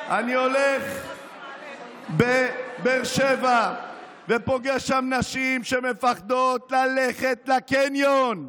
אני הולך בבאר שבע ופוגש שם נשים שמפחדות ללכת לקניון.